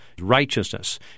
righteousness